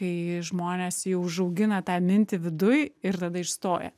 kai žmonės jau užaugina tą mintį viduj ir tada išstoja